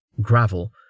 gravel